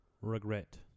Regret